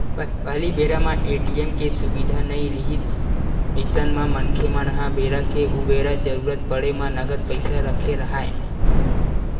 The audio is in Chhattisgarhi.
पहिली बेरा म ए.टी.एम के सुबिधा नइ रिहिस अइसन म मनखे मन ह बेरा के उबेरा जरुरत पड़े म नगद पइसा रखे राहय